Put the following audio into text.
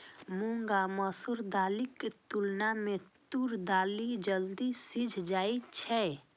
मूंग आ मसूर दालिक तुलना मे तूर दालि जल्दी सीझ जाइ छै